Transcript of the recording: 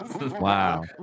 Wow